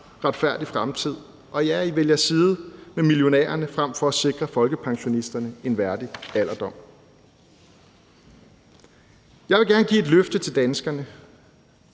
retfærdig fremtid. Og ja, I vælger side med millionærerne frem for at sikre folkepensionisterne en værdig alderdom. Jeg vil gerne give et løfte til danskerne.